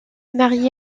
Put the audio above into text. marié